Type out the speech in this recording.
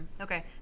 Okay